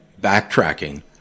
backtracking